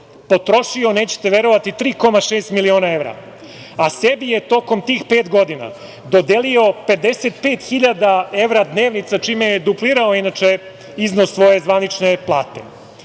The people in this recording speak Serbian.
potrošio, nećete verovati, 3,6 miliona evra, a sebi je tokom tih pet godina dodelio 55.000 evra dnevnica, čime je duplirao, inače, iznos svoje zvanične plate.